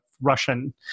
Russian